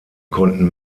konnten